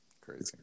Crazy